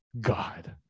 God